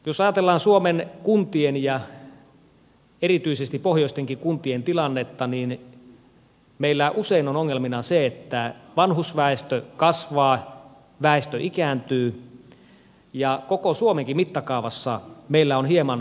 jos ajatellaan suomen kuntien ja erityisesti pohjoistenkin kuntien tilannetta niin meillä usein on ongelmana se että vanhusväestö kasvaa väestö ikääntyy ja koko suomenkin mittakaavassa meillä on hieman vinoutunut väestörakenne